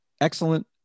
excellent